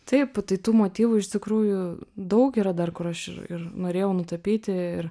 taip tai tų motyvų iš tikrųjų daug yra dar kur aš ir ir norėjau nutapyti ir